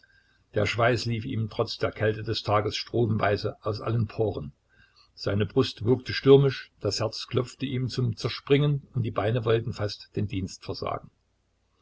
der schweiß lief ihm trotz der kälte des tages stromweise aus allen poren seine brust wogte stürmisch das herz klopfte ihm zum zerspringen und die beine wollten fast den dienst versagen